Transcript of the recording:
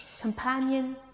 companion